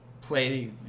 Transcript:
play